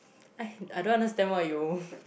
I I don't understand why you